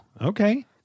okay